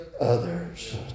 others